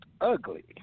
ugly